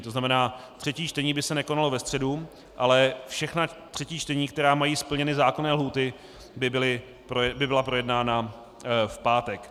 To znamená, třetí čtení by se nekonalo ve středu, ale všechna třetí čtení, která mají splněné zákonné lhůty, by byla projednána v pátek.